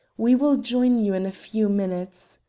we will join you in a few minutes.